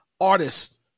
artists